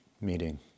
meeting